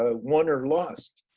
ah won or lost.